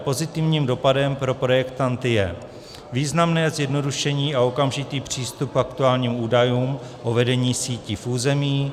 Pozitivním dopadem pro projektanty je významné zjednodušení a okamžitý přístup k aktuálním údajům o vedení sítí v území.